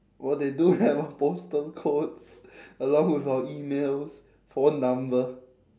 well they do have our postal codes along with our emails phone number